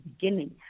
beginning